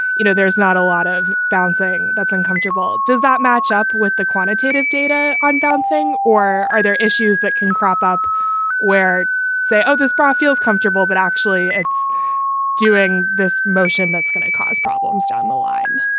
you know, there's not a lot of balancing that's uncomfortable, does that match up with the quantitative data advancing or are there issues that can crop up where say, oh, this bra feels comfortable, but actually it's doing this motion that's going to cause problems down the line?